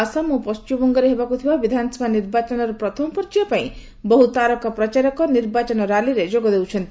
ଆସାମ ଓ ପଣ୍ଟିମବଙ୍ଗରେ ହେବାକୁ ଥିବା ବିଧାନସଭା ନିର୍ବାଚନର ପ୍ରଥମ ପର୍ଯ୍ୟାୟ ପାଇଁ ବହୁ ତାରକା ପ୍ରଚାରକ ନିର୍ବାଚନ ର୍ୟାଲିରେ ଯୋଗ ଦେଉଛନ୍ତି